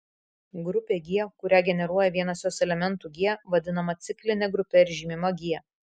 grupė g kurią generuoja vienas jos elementų g vadinama cikline grupe ir žymima g